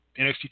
NXT